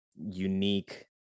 unique